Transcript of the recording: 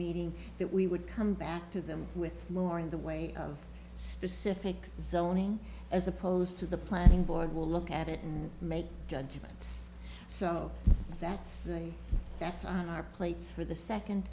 meeting that we would come back to them with more in the way of specific zoning as opposed to the planning board will look at it and make judgments so that's the that's on our plates for the second